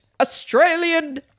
Australian